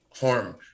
harm